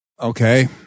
Okay